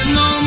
no